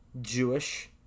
Jewish